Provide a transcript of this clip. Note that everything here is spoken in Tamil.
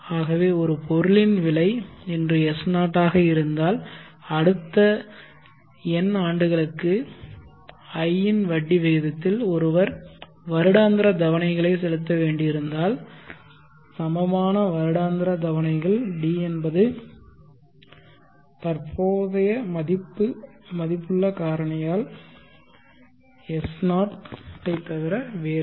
ஆகவே ஒரு பொருளின் விலை இன்று S0 ஆக இருந்தால் அடுத்த n ஆண்டுகளுக்கு i இன் வட்டி விகிதத்தில் ஒருவர் வருடாந்திர தவணைகளை செலுத்த வேண்டியிருந்தால் சமமான வருடாந்திர தவணைகள் D என்பது தற்போதைய மதிப்புள்ள காரணியால் S0 ஐத் தவிர வேறில்லை